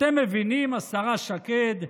אתם מבינים, השרה שקד,